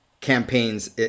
campaigns